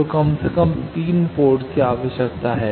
तो कम से कम 3 पोर्ट की आवश्यकता है